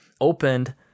opened